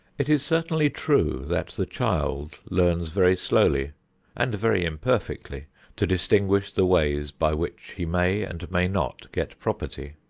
it is certainly true that the child learns very slowly and very imperfectly to distinguish the ways by which he may and may not get property.